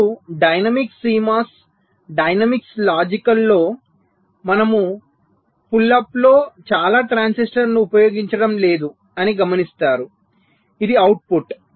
మీరు dynamics CMOS dynamics లాజిక్లో మనము పుల్ అప్లో చాలా ట్రాన్సిస్టర్లను ఉపయోగించడం లేదు అని గమనిస్తారు ఇది అవుట్పుట్